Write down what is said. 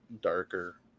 darker